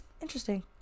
Interesting